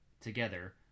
together